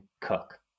Cook